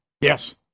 Yes